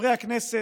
חברי הכנסת,